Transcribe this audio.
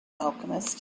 alchemist